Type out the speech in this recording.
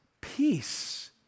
peace